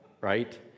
right